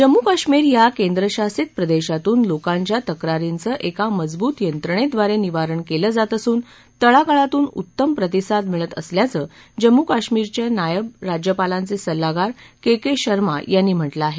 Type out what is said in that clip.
जम्मू कश्मीर या केंद्रशासित प्रदेशातून लोकांच्या तक्रारींचं एका मजबूत यंत्रणेद्वारे निवारण केलं जात असून तळागाळातून उत्तम प्रतिसाद मिळत असल्याचं जम्मू कश्मीरच्या नायब राज्यपालांचे सल्लागार के के शर्मा यांनी म्हटलं आहे